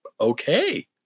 okay